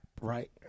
right